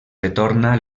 retorna